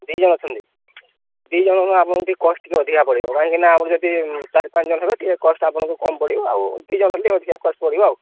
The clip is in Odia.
ଦି ଜଣ ଅଛନ୍ତି ଦି ଜଣ ଆପଣଙ୍କୁ ଟିକି କଷ୍ଟ ଟିକି ଅଧିକା ପଡ଼ିବ କାହିଁକି ନା ଆମଣ ଯଦି ଚାରି ପାଞ୍ଚ ଜଣ ହେବ ଟିକେ କଷ୍ଟ ଆପଣଙ୍କୁ କମ୍ ପଡ଼ିବ ଆଉ ଦି ଜଣ ହେ ଟିକି ଅଧିକା କଷ୍ଟ ପଡ଼ିବ ଆଉ